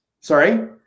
Sorry